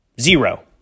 zero